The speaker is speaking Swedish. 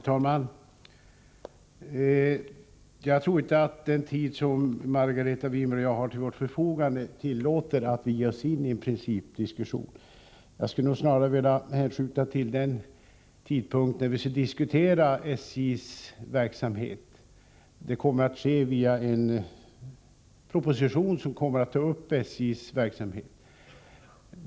Herr talman! Jag tror inte att den tid som Margareta Winberg och jag har till vårt förfogande tillåter att vi ger oss in i en principdiskussion. Jag skulle nog snarare vilja hänskjuta frågan till den tidpunkt när vi skall diskutera SJ:s verksamhet. Det kommer att ske med anledning av en proposition som tar upp frågan om SJ:s verksamhet.